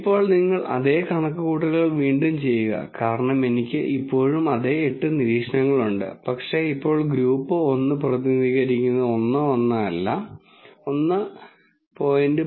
ഇപ്പോൾ നിങ്ങൾ അതേ കണക്കുകൂട്ടൽ വീണ്ടും ചെയ്യുക കാരണം എനിക്ക് ഇപ്പോഴും അതേ എട്ട് നിരീക്ഷണങ്ങളുണ്ട് പക്ഷേ ഇപ്പോൾ ഗ്രൂപ്പ് 1 പ്രതിനിധീകരിക്കുന്നത് 1 1 അല്ല 1